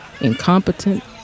incompetent